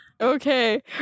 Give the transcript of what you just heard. Okay